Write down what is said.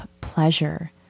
pleasure